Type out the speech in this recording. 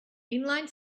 inline